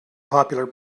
popular